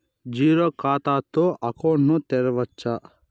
Zero ఖాతా తో account ను తెరవచ్చా?